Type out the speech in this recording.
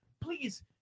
please